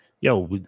Yo